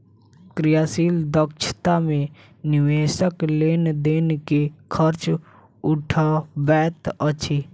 क्रियाशील दक्षता मे निवेशक लेन देन के खर्च उठबैत अछि